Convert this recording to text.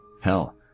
Hell